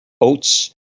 oats